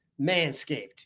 Manscaped